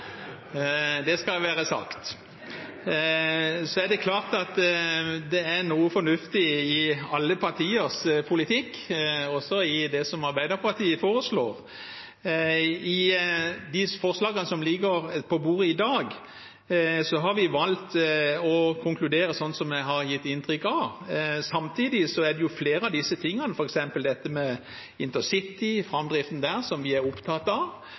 være sagt. Det klart at det er noe fornuftig i alle partiers politikk, også i det som Arbeiderpartiet foreslår. I de forslagene som ligger på bordet i dag, har vi valgt å konkludere slik som jeg ga uttrykk for. Samtidig er det jo flere av disse tingene, f.eks. dette med framdriften på intercity, som vi er opptatt av,